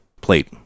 plate